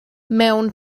mewn